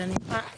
לכן אני פה.